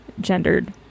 gendered